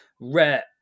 Rare